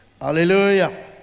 Hallelujah